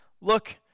look